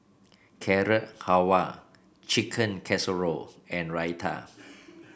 Carrot Halwa Chicken Casserole and Raita